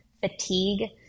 fatigue